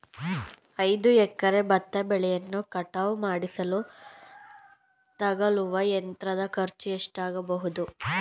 ಐದು ಎಕರೆ ಭತ್ತ ಬೆಳೆಯನ್ನು ಕಟಾವು ಮಾಡಿಸಲು ತಗಲುವ ಯಂತ್ರದ ಖರ್ಚು ಎಷ್ಟಾಗಬಹುದು?